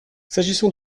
s’agissant